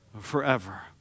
forever